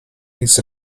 his